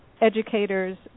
educators